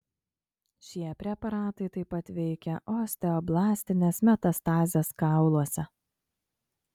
šie preparatai taip pat veikia osteoblastines metastazes kauluose